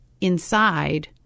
inside